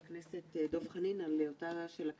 אני חושבת שברמת הפיקוח